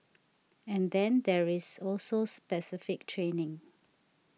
and then there's also specific training